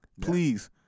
please